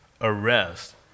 arrest